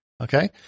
Okay